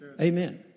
Amen